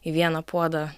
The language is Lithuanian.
į vieną puodą